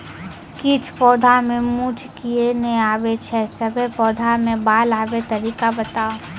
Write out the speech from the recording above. किछ पौधा मे मूँछ किये नै आबै छै, सभे पौधा मे बाल आबे तरीका बताऊ?